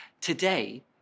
Today